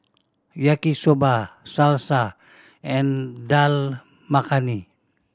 Yaki Soba Salsa and Dal Makhani